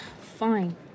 Fine